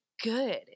good